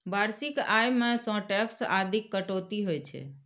वार्षिक आय मे सं टैक्स आदिक कटौती होइ छै